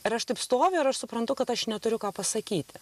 ir aš taip stoviu ir aš suprantu kad aš neturiu ką pasakyti